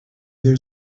there